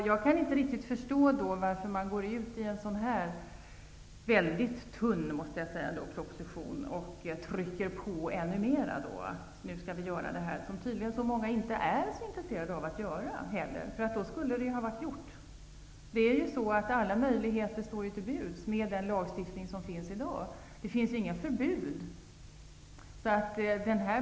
Jag kan inte förstå varför man går ut med en så pass tunn proposition och trycker på för en utveckling av detta slag. Det är ju tydligt att det inte är så många som är intresserade. Då skulle det redan ha varit gjort. Alla möjligheter står till buds med den lagstiftning som finns i dag. Det finns inga förbud.